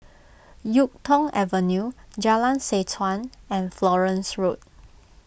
Yuk Tong Avenue Jalan Seh Chuan and Florence Road